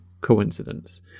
coincidence